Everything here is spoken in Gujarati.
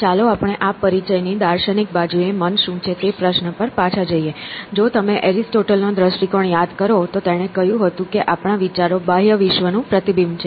ચાલો આપણે આ પરિચયની દાર્શનિક બાજુએ મન શું છે તે પ્રશ્ન પર પાછા જઈએ જો તમે એરિસ્ટોટલ નો દ્રષ્ટિકોણ યાદ કરો તો તેણે કહ્યું હતું કે આપણા વિચારો બાહ્ય વિશ્વનું પ્રતિબિંબ છે